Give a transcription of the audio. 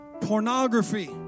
pornography